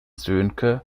sönke